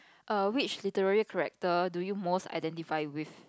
err which literary character do you most identify with